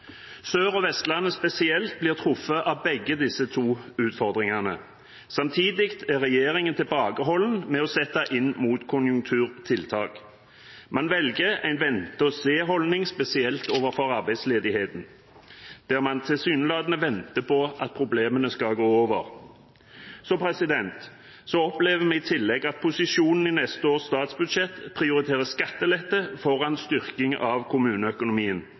Sør- og Vestlandet spesielt blir truffet av begge disse to utfordringene. Samtidig er regjeringen tilbakeholden med å sette inn motkonjunkturtiltak. Man velger en vente- og-se-holdning, spesielt overfor arbeidsledigheten, der man tilsynelatende venter på at problemene skal gå over. Vi opplever i tillegg at posisjonen i neste års statsbudsjett prioriterer skattelette foran styrking av kommuneøkonomien.